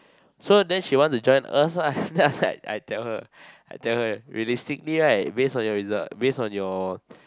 so then she want to join us ah then after that I tell her I tell her realistically right based on your result based on your